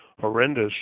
horrendous